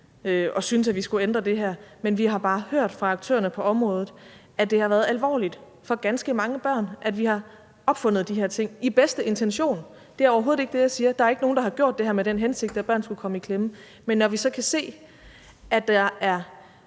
og ment, at vi skal ændre det her. Vi har bare hørt fra aktørerne på området, at det har været alvorligt for ganske mange børn, at vi – ud fra de bedste intentioner – har opfundet det her. Jeg siger overhovedet ikke, at der er nogen, der har gjort det her med den hensigt, at børn skulle komme i klemme. Men vi kan se, at der er